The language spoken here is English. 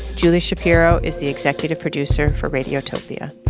julie shapiro is the executive producer for radiotopia.